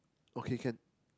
okay can